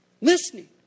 Listening